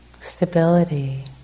stability